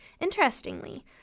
Interestingly